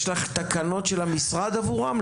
יש לך תקנות בטיחות של המשרד עבורם?